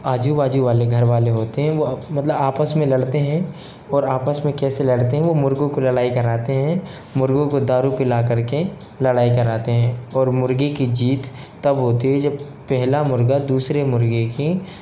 आजू बाजू वाले घर वाले होते हैं वो मतलब आपस में लड़ते हैं और आपस में कैसे लड़ते हैं वो मुर्गो को लड़ाई कराते हैं मुर्गो को दारू पिलाकर के लड़ाई कराते हैं और मुर्गी की जीत तब होती है जब पहला मुर्गा दूसरे मुर्गा की